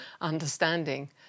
understanding